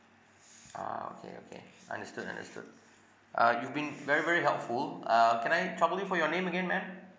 ah okay okay understood understood uh you've been very very helpful uh can I trouble you for your name again ma'am